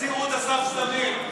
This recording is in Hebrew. תחזירו את אסף זמיר.